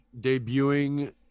debuting